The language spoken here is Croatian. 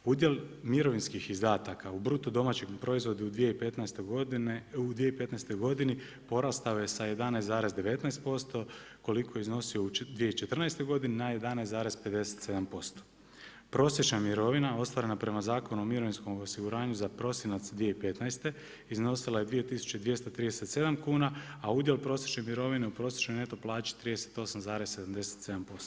Udjel mirovinskih izdataka u bruto domaćem proizvodu u 2015. godini porastao je sa 11,19% koliko je iznosio i 2014. godini na 11,57%. prosječna mirovina ostvarena prema Zakonu o mirovinskom osiguranju za prosinac 2015. iznosila je 2237 kuna, a udjel prosječne mirovine u prosječnoj neto plaći 38,77%